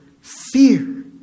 fear